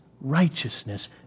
righteousness